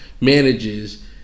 manages